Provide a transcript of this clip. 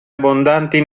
abbondanti